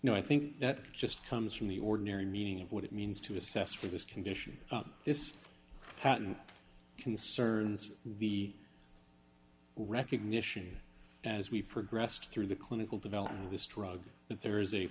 no i think that just comes from the ordinary meaning of what it means to assess for this condition this patent concerns the recognition as we progressed through the clinical development of this drug that there is a